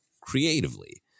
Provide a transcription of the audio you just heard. creatively